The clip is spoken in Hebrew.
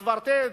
הקוורטט.